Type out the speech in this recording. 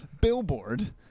billboard